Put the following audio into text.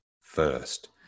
first